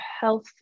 health